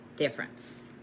difference